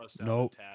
Nope